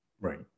Right